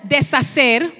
Deshacer